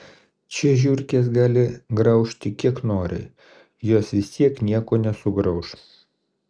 čia žiurkės gali graužti kiek nori jos vis tiek nieko nesugrauš